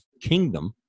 kingdom